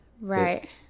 right